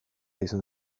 izan